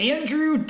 Andrew